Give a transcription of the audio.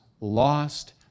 lost